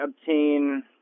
obtain